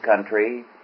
country